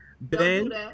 Ben